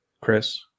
Chris